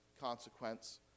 consequence